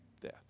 death